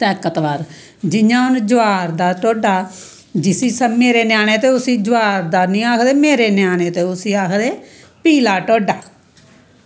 ताकतबर जियां हून जवार दा ढोडा जिस्सी समझदे न ञायाणे ते उसी जवार दा नी आखदे मेरे ञ्यांणे उसी आखदे पीला ढोडा